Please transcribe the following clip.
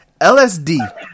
LSD